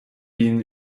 been